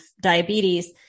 diabetes